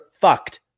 fucked